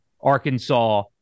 Arkansas